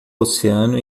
oceano